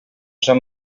sant